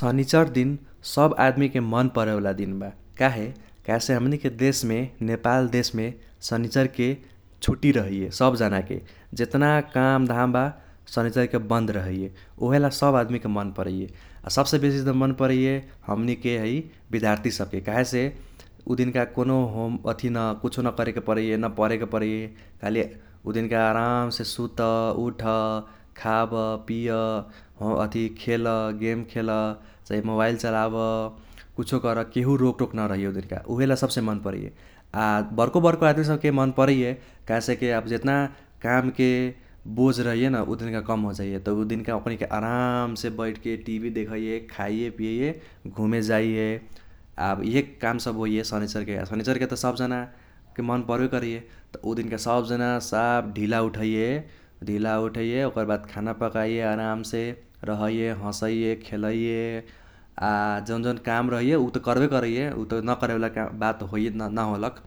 सनीचर दिन सब आदमीके मन परेवाला दिन बा काहे काहेसे हमनिके देशमे नेपाल देशमे सनीचरके छूटी रहैये सब जानाके जेतना काम धाम बा सनीचरके बन्द रहैये। उहेला सब आदमीके मन परैये। आ सबसे बेसी त मन परैये हमनीके है विध्यार्थी सबके काहेसे उ दिनका कौनो अथि न कुछो न करेके परैये न पढ़ेके परैये खाली उ दिनका आरामसे सुत उठ खाब पिय अथि खेल गेम खेल चाही मोबाईल चलाब कुछो कर केहु रोक टोक न रहैये उ दिनका उहेला सबसे मन परैये। आ बर्को बर्को आदमी सबके मन परैये काहेसेके आब जेतना कामके बोझ रहैये न त उ दिनका कम होजाइये त उ दिनका ओकनीके आरामसे बैठके टीभी देखैये खाइये पियैये घूमे जाइये । आब इहे काम सब होइये सनीचरके आ सनीचरके त सब जानाके मन बर्हबे करैये त उ दिनका सब जाना साफ ढीला उठाइये ढीला उठाइये ओकर बाद खाना पकाइये आरामसे रहैये हसैये खेलैये आ जौन जौन काम रहैये उ त कर्बे करैये उ त न कारेवाला बात न होलक।